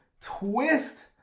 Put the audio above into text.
twist